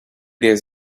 days